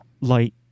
light